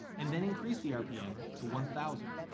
and then increase the rpm to one thousand.